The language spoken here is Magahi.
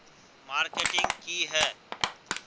मार्केटिंग की है?